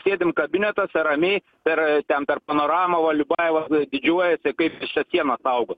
sėdim kabinetuose ramiai per ten per panoramą va liubajevas didžiuojasi kaip jis čia sieną saugo